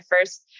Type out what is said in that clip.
first